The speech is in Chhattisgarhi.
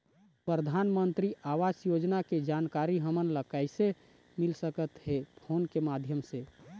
परधानमंतरी आवास योजना के जानकारी हमन ला कइसे मिल सकत हे, फोन के माध्यम से?